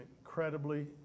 incredibly